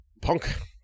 Punk